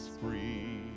free